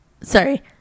Sorry